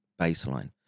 baseline